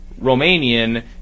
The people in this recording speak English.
Romanian